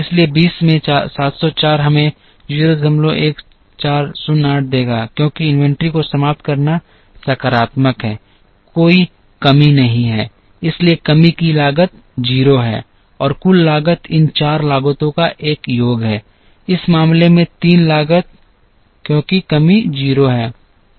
इसलिए 20 में 704 हमें 01408 देगा क्योंकि इन्वेंट्री को समाप्त करना सकारात्मक है कोई कमी नहीं है इसलिए कमी की लागत 0 है और कुल लागत इन चार लागतों का एक योग है इस मामले में 3 लागत क्योंकि कमी 0 है